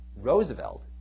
Roosevelt